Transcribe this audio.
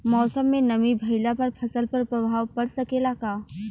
मौसम में नमी भइला पर फसल पर प्रभाव पड़ सकेला का?